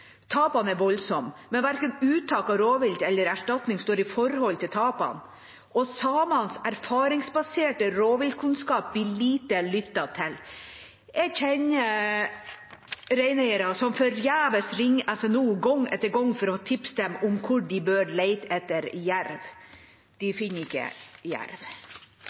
Tapene er voldsomme, men verken uttak av rovvilt eller erstatning står i forhold til tapene. Samenes erfaringsbaserte rovviltkunnskaper blir lite lyttet til. Jeg kjenner reineiere som forgjeves ringer SNO, Statens naturoppsyn, gang etter gang for å tipse dem om hvor de bør lete etter jerv – de finner ikke jerv.